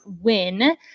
win